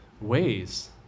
ways